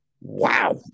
wow